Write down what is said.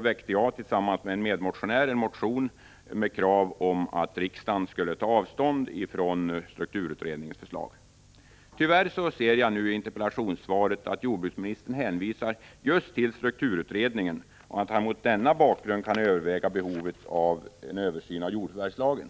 väckte jag tillsammans med en medmotionär en motion med krav på riksdagens avståndstagande från strukturutredningens förslag. Tyvärr ser jag nu i interpellationssvaret att jordbruksministern hänvisar just till strukturutredningen och att han mot denna bakgrund kan överväga behovet av en översyn av jordförvärvslagen.